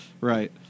Right